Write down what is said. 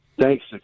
Thanks